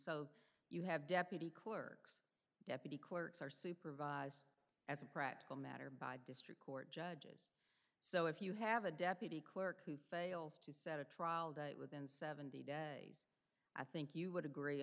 so you have deputy clerks deputy clerks are supervised as a practical matter by district court judges so if you have a deputy clerk who fails to set a trial date within seventy days i think you would agree